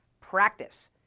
Practice